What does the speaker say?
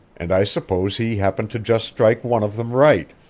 and i suppose he happened to just strike one of them right.